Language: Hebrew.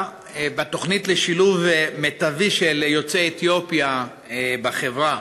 בתוכנית לשילוב מיטבי של יוצאי אתיופיה בחברה.